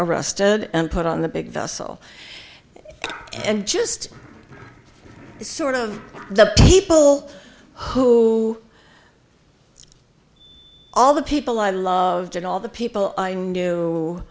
arrested and put on the big vessel and just sort of the people who all the people i loved and all the people i knew